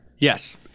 Yes